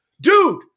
Dude